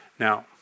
Now